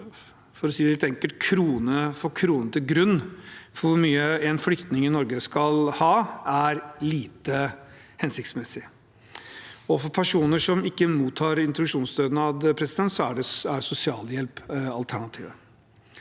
for å si det enkelt, krone for krone til grunn for hvor mye en flyktning i Norge skal ha, er derfor lite hensiktsmessig. For personer som ikke mottar introduksjonsstønad, er sosialhjelp alternativet.